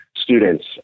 students